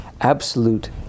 absolute